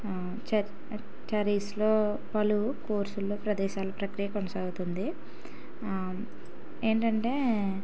చరీస్లో పలు కోర్సుల్లో ప్రవేశాలు ప్రక్రియ కొనసాగుతుంది ఏంటంటే